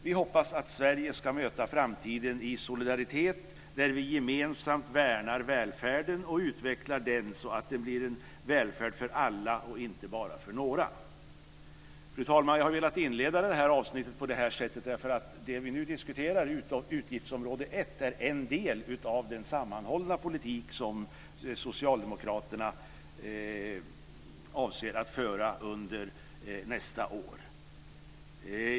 Vi hoppas att Sverige ska möta framtiden i solidaritet, där vi gemensamt värnar välfärden och utvecklar den så att det blir en välfärd för alla och inte bara för några. Fru talman! Jag har velat inleda det här avsnittet på detta sätt därför att det som vi nu diskuterar, utgiftsområde 1, är en del av den sammanhållna politik som socialdemokraterna avser att föra under nästa år.